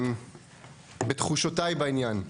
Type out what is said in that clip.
בתחושותיי בעניין.